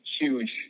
huge